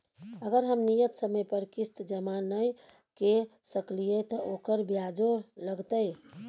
अगर हम नियत समय पर किस्त जमा नय के सकलिए त ओकर ब्याजो लगतै?